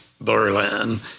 Berlin